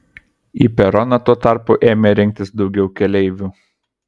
į peroną tuo tarpu ėmė rinktis daugiau keleivių